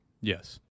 yes